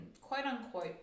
quote-unquote